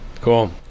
cool